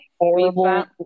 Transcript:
Horrible